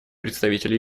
представитель